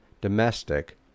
domestic